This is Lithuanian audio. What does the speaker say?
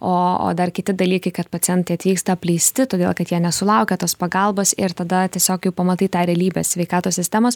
o o dar kiti dalykai kad pacientai atvyksta apleisti todėl kad jie nesulaukia tos pagalbos ir tada tiesiog jau pamatai tą realybę sveikatos sistemos